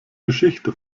geschichte